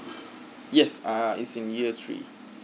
yes uh is in year three